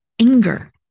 anger